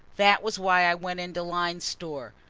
that was why i went into lyne's store,